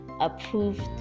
approved